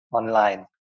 online